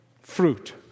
fruit